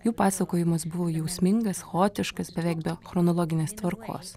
jų pasakojimas buvo jausmingas chaotiškas beveik be chronologinės tvarkos